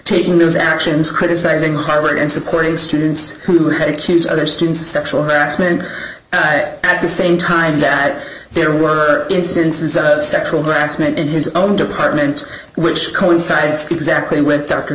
taking those actions criticizing harboring and supporting students who had accused other students of sexual harassment and i at the same time that there were instances of sexual harassment in his own department which coincides exactly with darker